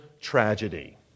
tragedy